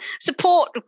support